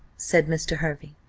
said mr. hervey.